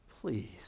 Please